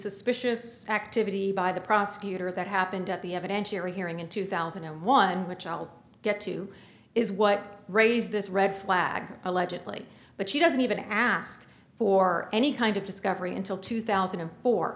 suspicious activity by the prosecutor that happened at the evidentiary hearing in two thousand and one which i'll get to is what raised this red flag allegedly but she doesn't even ask for any kind of discovery until two thousand and four